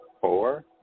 four